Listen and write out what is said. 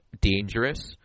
dangerous